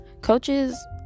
coaches